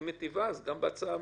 אם היא מיטיבה, אז גם בהצעה הממשלתית,